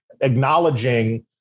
acknowledging